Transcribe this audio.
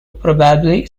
probably